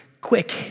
quick